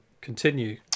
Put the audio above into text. continue